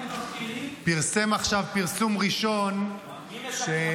פרסם עכשיו פרסום ראשון -- מי משקר,